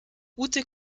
ute